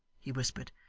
he whispered.